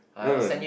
no no